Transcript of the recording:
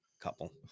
couple